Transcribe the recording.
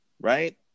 Right